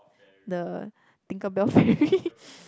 the tinkerbell fairy